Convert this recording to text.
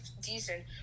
decent